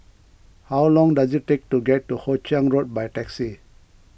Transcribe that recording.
how long does it take to get to Hoe Chiang Road by taxi